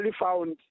found